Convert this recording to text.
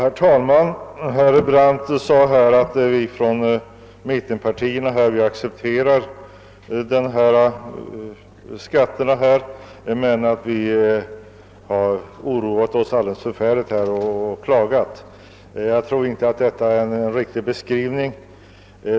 Herr talman! Herr Brandt sade att mittenpartierna accepterar de föreslagna skattehöjningarna men att vi oroat oss alldeles förfärligt och klagat. Jag tror inte att detta är en riktig beskrivning.